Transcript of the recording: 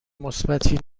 مثبتی